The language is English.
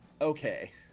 okay